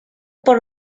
por